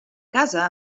casa